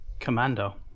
Commando